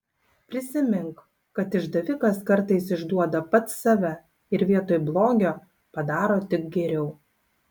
prisimink kad išdavikas kartais išduoda pats save ir vietoj blogio padaro tik geriau